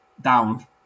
down